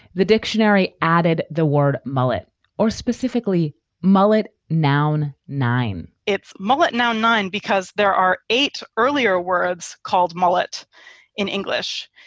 the dictionary added the word mullet or specifically mullet noun nine, its mullet, now nine, because there are eight earlier words called mullet in english,